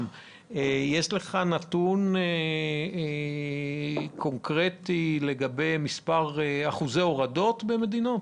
האם יש לך נתון קונקרטי לגבי אחוזי ההורדה שלו?